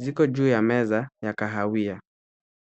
Ziko juu ya meza ya kahawia.